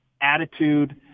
attitude